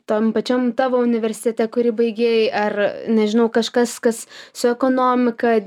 tam pačiam tavo universitete kurį baigei ar nežinau kažkas kas su ekonomika